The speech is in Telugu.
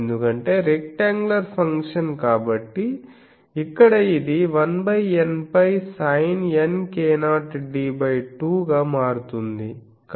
ఎందుకంటే రెక్టాంగ్యులర్ ఫంక్షన్ కాబట్టి ఇక్కడ ఇది 1nπ sinnk0d2 గా మారుతుంది